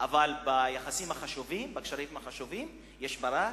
אבל בקשרים החשובים יש ברק,